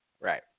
Right